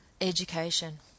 education